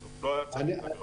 בסוף לא היה צריך את הגרר.